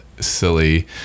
silly